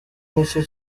nicyo